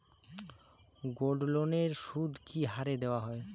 গোল্ডলোনের সুদ কি হারে দেওয়া হয়?